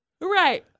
Right